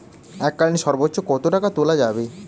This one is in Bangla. এককালীন সর্বোচ্চ কত টাকা তোলা যাবে?